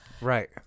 Right